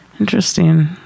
Interesting